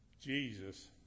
Jesus